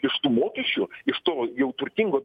iš tų mokesčių iš to jau turtingo